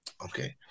Okay